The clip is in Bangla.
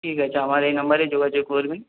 ঠিক আছে আমার এই নাম্বারে যোগাযোগ করবেন